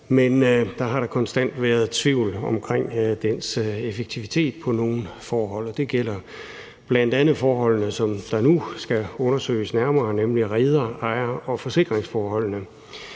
man der har da konstant været tvivl omkring dens effektivitet i nogle forhold. Det gælder bl.a. forholdene, som nu skal undersøges nærmere, nemlig reder-, ejer- og forsikringsforholdene.